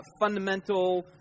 fundamental